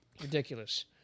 ridiculous